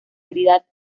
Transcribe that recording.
realidad